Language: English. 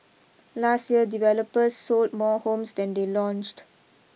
last year developers sold more homes than they launched